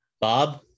Bob